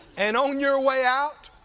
and on your way out,